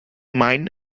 mine